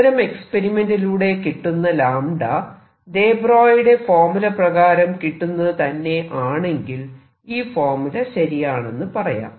അത്തരം എക്സ്പെരിമെന്റിലൂടെ കിട്ടുന്ന ദെ ബ്രോയിയുടെ ഫോർമുല പ്രകാരം കിട്ടുന്നത് തന്നെ ആണെങ്കിൽ ഈ ഫോർമുല ശരിയാണെന്നു പറയാം